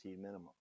minimum